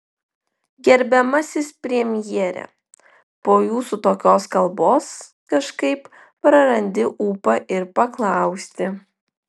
gerbiamasis premjere po jūsų tokios kalbos kažkaip prarandi ūpą ir paklausti